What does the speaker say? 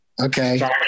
okay